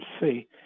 see